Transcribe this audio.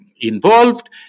involved